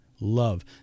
love